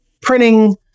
printing